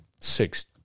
six